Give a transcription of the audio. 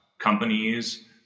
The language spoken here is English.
Companies